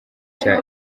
cya